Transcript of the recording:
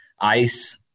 ice